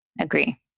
Agree